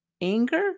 anger